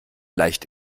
leicht